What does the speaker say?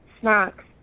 snacks